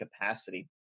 capacity